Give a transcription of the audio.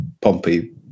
Pompey